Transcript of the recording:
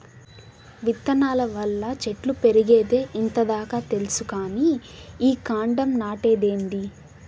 విత్తనాల వల్ల చెట్లు పెరిగేదే ఇంత దాకా తెల్సు కానీ ఈ కాండం నాటేదేందీ